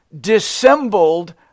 dissembled